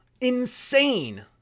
Insane